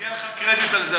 ומגיע לך קרדיט על זה,